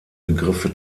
begriffe